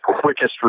quickest